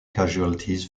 casualties